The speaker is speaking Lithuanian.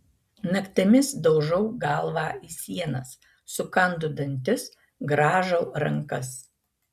naktimis daužau galvą į sienas sukandu dantis grąžau rankas